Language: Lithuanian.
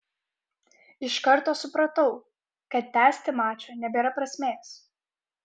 iš karto supratau kad tęsti mačo nebėra prasmės